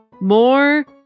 More